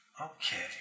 Okay